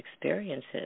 experiences